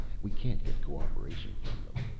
we can't get co-operation form them!